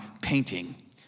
painting